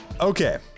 okay